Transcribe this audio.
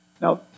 Now